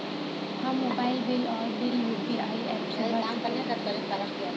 हम mobile bill और bill UPI app से भर सकिला